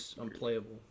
unplayable